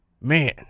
Man